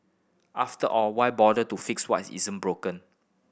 after all why bother to fix what isn't broken